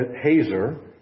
Hazer